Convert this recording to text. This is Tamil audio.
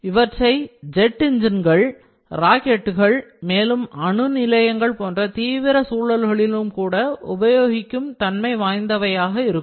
இவற்றை ஜெட் என்ஜின்கள் ராக்கெட்டுகள் மேலும் அணு நிலையங்கள் போன்ற தீவிர சூழல்களிலும் கூட உபயோகிக்கும் தன்மை வாய்ந்தவையாக இருக்கும்